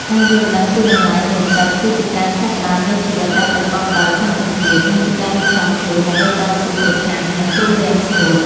ការយល់ដឹងពីតម្លៃនៃទឹកគឺជាការចាប់ផ្តើមនៃជីវិតដែលប្រកបដោយសន្តិភាព និងជាការរៀបចំខ្លួនដើម្បីតស៊ូប្រឆាំងនឹងគ្រោះរាំងស្ងួត។